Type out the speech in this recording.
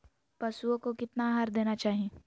पशुओं को कितना आहार देना चाहि?